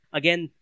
again